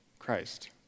Christ